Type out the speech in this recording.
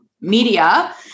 media